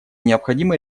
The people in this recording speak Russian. необходимо